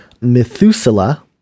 Methuselah